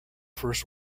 first